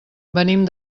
venim